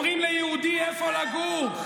אומרים ליהודי איפה לגור.